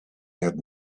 had